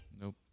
Nope